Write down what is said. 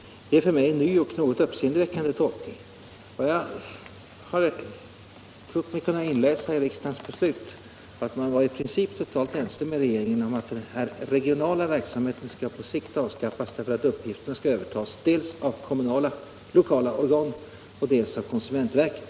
Det är för mig en ny och något uppseendeväckande tolkning. Vad jag har trott mig kunna inläsa i riksdagens beslut är att man i princip var totalt ense med regeringen om att den regionala verksamheten på längre sikt skall avskaffas därför att uppgiften skall övertas dels av kommunala lokala organ, dels av konsumentverket.